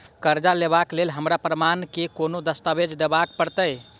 करजा लेबाक लेल हमरा प्रमाण मेँ कोन दस्तावेज देखाबऽ पड़तै?